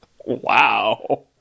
Wow